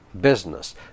business